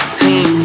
team